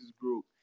Group